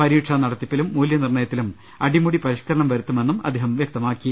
പരീക്ഷാ നടത്തിപ്പിലും മൂല്യനിർണ്ണയത്തിലും അടിമുടി പരിഷ്കരണം വരുമെന്നും അദ്ദേഹം വ്യക്തമാക്കി